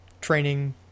training